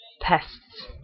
Pests